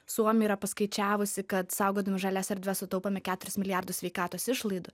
suomija yra paskaičiavusi kad saugodami žalias erdves sutaupome keturis milijardus sveikatos išlaidų